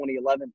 2011